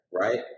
right